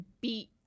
beat